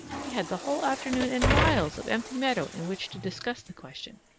he had the whole afternoon and miles of empty meadow in which to discuss the question,